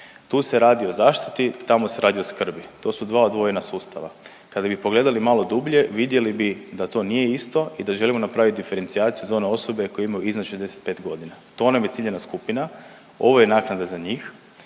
Tu se radi o zaštiti, tamo se radi o skrbi. To su dva odvojena sustava. Kada bi pogledali malo dublje vidjeli bi da to nije isto i da želimo napraviti diferencijaciju za one osobe koji imaju iznad 65 godina. To nam je ciljana skupina. Ovo je naknada za njih